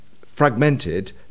fragmented